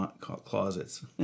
closets